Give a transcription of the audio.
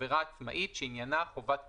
עבירה עצמאית שעניינה חובת פיקוח,